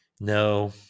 No